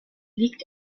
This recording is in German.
liegt